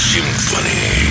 Symphony